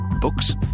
Books